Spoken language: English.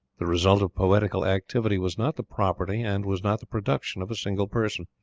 the result of poetical activity was not the property and was not the production of a single person,